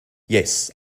yes